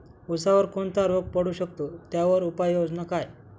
ऊसावर कोणता रोग पडू शकतो, त्यावर उपाययोजना काय?